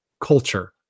culture